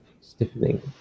stiffening